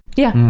yeah.